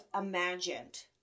imagined